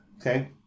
Okay